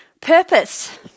Purpose